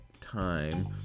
time